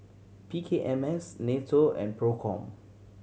P K M S NATO and Procom